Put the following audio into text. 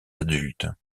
adultes